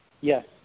Yes